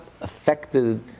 affected